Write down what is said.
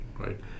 right